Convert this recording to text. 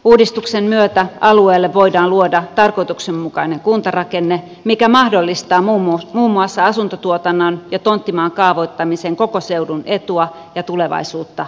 uudistuksen myötä alueelle voidaan luoda tarkoituksenmukainen kuntarakenne mikä mahdollistaa muun muassa asuntotuotannon ja tonttimaan kaavoittamisen koko seudun etua ja tulevaisuutta palvelemaan